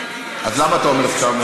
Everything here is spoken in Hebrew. אז למה אתה אומר סתם,